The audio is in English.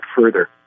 further